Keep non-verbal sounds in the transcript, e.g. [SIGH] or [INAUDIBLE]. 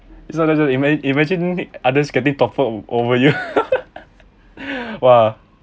it's not just ima~ imagine the others getting toppled over you [LAUGHS] !wah!